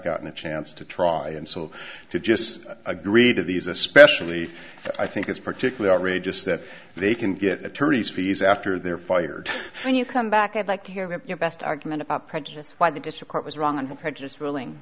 gotten a chance to try and so to just agree to these especially i think it's particularly outrageous that they can get attorneys fees after they're fired when you come back i'd like to hear your best argument about prejudice why the district court was wrong and the prejudice ruling